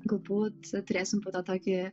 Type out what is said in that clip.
galbūt turėsim po to tokį